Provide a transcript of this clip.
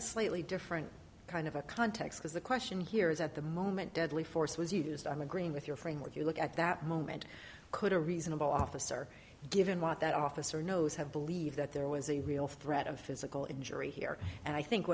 a slightly different kind of a context is the question here is at the moment deadly force was used i'm agreeing with your friend with you look at that moment could a reasonable officer given what that officer knows have believe that there was a real threat of physical injury here and i think